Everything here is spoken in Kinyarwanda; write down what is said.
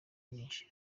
mwinshi